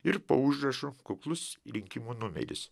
ir po užrašu kuklus rinkimų numeris